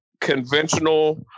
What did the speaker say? conventional